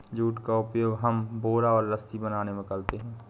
jute का उपयोग हम बोरा और रस्सी बनाने में करते हैं